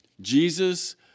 Jesus